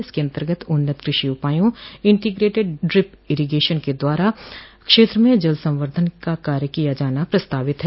इसके अन्तर्गत उन्नत कृषि उपायों इंटीग्रेटेड ड्रिप इरीगेशन के द्वारा क्षेत्र में जल संवर्धन के कार्य किया जाना प्रस्तावित है